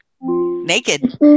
Naked